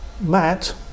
Matt